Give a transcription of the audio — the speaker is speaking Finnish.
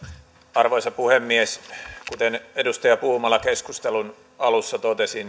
arvoisa puhemies kuten edustaja puumala keskustelun alussa totesi